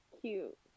cute